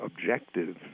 objective